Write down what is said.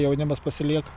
jaunimas pasilieka